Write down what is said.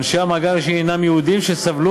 אנשי המעגל השני הנם יהודים שסבלו